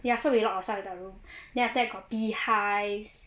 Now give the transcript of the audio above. ya so we lock ourselves in the room then after that got beehives